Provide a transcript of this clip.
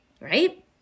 right